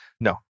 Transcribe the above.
No